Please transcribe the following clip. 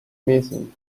missing